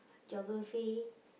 geography